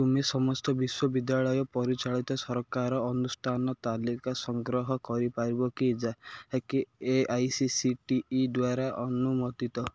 ତୁମେ ସମସ୍ତ ବିଶ୍ୱବିଦ୍ୟାଳୟ ପରିଚାଳିତ ସରକାରୀ ଅନୁଷ୍ଠାନର ତାଲିକା ସଂଗ୍ରହ କରିପାରିବ କି ଯାହାକି A I C T E ଦ୍ୱାରା ଅନୁମୋଦିତ